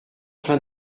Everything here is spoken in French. train